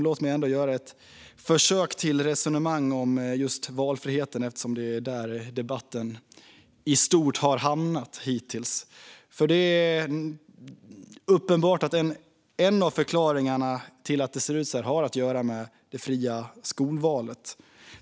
Låt mig ändå resonera lite kring valfriheten eftersom det är där debatten ofta hamnar. En av förklaringarna till att det ser ut så här är det fria skolvalet.